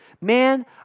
Man